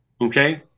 Okay